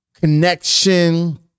connection